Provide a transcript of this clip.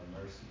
mercy